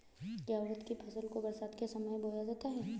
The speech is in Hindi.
क्या उड़द की फसल को बरसात के समय बोया जाता है?